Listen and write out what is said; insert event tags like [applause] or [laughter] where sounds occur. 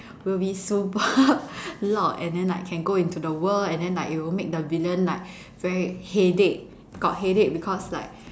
will be super [laughs] loud and then like can go into the world and then like it will make the villain like very headache got headache because like